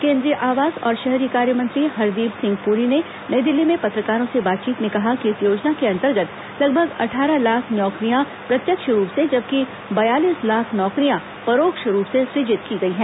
केंद्रीय आवास और शहरी कार्य मंत्री हरदीप सिंह पुरी ने नई दिल्ली में पत्रकारों से बातचीत में कहा कि इस योजना के अंतर्गत लगभग अट्ठारह लाख नौकरियां प्रत्यक्ष रूप से जबकि बयालीस लाख नौकरियां परोक्ष रूप से सृजित की गई हैं